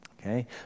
Okay